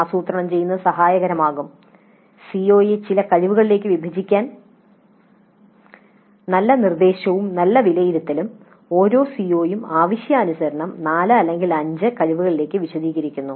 ആസൂത്രണം ചെയ്യുന്നത് സഹായകരമാകും സിഒയെ ചില കഴിവുകളിലേക്ക് വിഭജിക്കാൻ നല്ല നിർദ്ദേശവും നല്ല വിലയിരുത്തലും ഓരോ സിഒയും ആവശ്യാനുസരണം 4 അല്ലെങ്കിൽ 5 കഴിവുകളിലേക്ക് വിശദീകരിക്കുന്നു